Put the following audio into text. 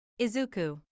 Izuku